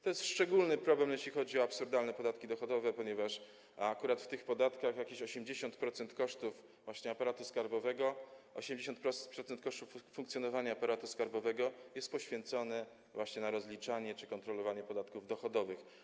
To jest szczególny problem, jeśli chodzi o absurdalne podatki dochodowe, ponieważ jeśli chodzi akurat o te podatki, jakieś 80% kosztów aparatu skarbowego, 80% kosztów funkcjonowania aparatu skarbowego jest przeznaczone właśnie na rozliczanie czy kontrolowanie podatków dochodowych.